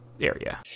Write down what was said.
area